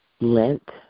Lent